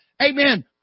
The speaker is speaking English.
amen